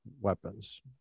weapons